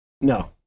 No